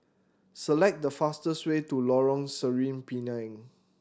select the fastest way to Lorong Sireh Pinang